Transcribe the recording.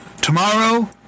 tomorrow